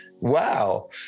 wow